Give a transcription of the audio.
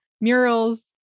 murals